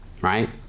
right